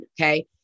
okay